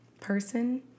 person